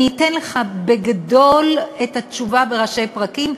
אני אתן לך בגדול את התשובה בראשי פרקים.